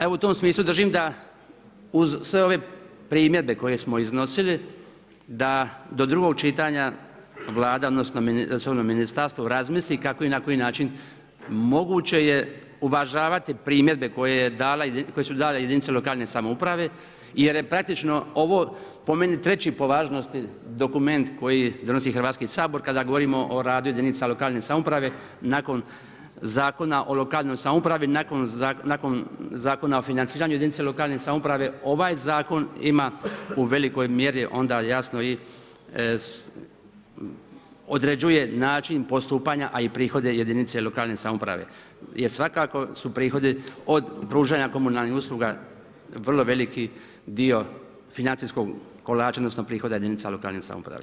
Evo u tom smislu držim da uz sve ove primjedbe koje smo iznosili da do drugog čitanja Vlada odnosno resorno ministarstvo razmisli kako i na koji način moguće je uvažavati primjedbe koje su dale jedinice lokalne samouprave jer je praktično ovo po meni treći po važnosti dokument koji donosi Hrvatski sabor kada govorimo o radu jedinica lokalne samouprave nakon Zakona o lokalnoj samoupravi, nakon Zakona o financiranju jedinica lokalne samouprave, ovaj zakon ima u velikoj mjeri onda jasno i određuje način postupanja, a i prihode jedinica lokalne samouprave jer svakako su prihodi od pružanja komunalnih usluga vrlo veliki dio financijskog kolača odnosno prihoda jedinica lokalne samouprave.